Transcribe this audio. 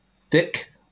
thick